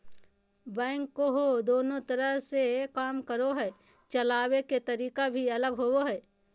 backhoe दोनों तरह से काम करो हइ, चलाबे के तरीका भी अलग होबो हइ